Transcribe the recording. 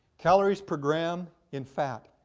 calories per gram in fat.